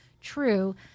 true